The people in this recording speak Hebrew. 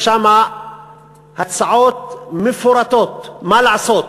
יש שם הצעות מפורטות מה לעשות,